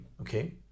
okay